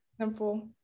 Simple